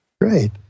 Great